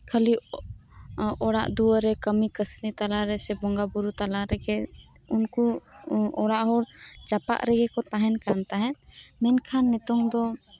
ᱠᱷᱟᱹᱞᱤ ᱚᱲᱟᱜ ᱫᱩᱣᱟᱹᱨ ᱨᱮ ᱠᱟᱹᱢᱤ ᱛᱟᱞᱟᱨᱮ ᱥᱮ ᱵᱚᱸᱜᱟ ᱵᱩᱨᱩ ᱛᱟᱞᱟᱨᱮᱜᱮ ᱩᱱᱠᱩ ᱚᱲᱟᱜ ᱦᱚ ᱡᱟᱯᱟᱜ ᱨᱤᱜᱤᱠᱩ ᱛᱟᱦᱮᱱ ᱠᱟᱱᱛᱟᱦᱮᱱ ᱢᱮᱱᱠᱷᱟᱱ ᱱᱤᱛᱚᱝ ᱫᱚ